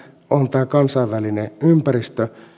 on tämä kansainvälinen ympäristö